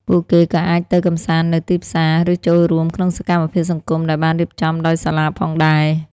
ពួកគេក៏អាចទៅកម្សាន្តនៅទីផ្សារ ឬចូលរួមក្នុងសកម្មភាពសង្គមដែលបានរៀបចំដោយសាលាផងដែរ។